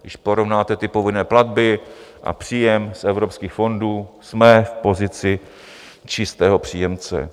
Když porovnáte povinné platby a příjem z evropských fondů, jsme v pozici čistého příjemce.